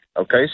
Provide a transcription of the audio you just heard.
okay